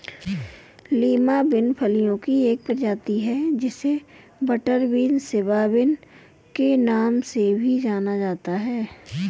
Lima bean फलियों की एक प्रजाति है जिसे बटरबीन, सिवा बिन के नाम से भी जाना जाता है